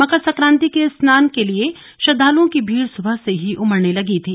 मकर संक्रांति के स्नान के लिए श्रद्धालुओं की भीड़ सुबह से ही उमडने लगी थी